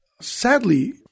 sadly